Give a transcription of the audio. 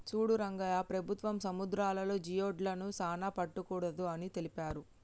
సూడు రంగయ్య ప్రభుత్వం సముద్రాలలో జియోడక్లను సానా పట్టకూడదు అని తెలిపారు